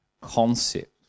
concept